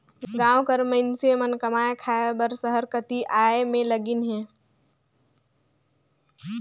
गाँव कर मइनसे मन कमाए खाए बर सहर कती आए में लगिन अहें